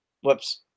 whoops